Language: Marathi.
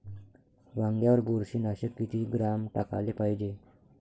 वांग्यावर बुरशी नाशक किती ग्राम टाकाले पायजे?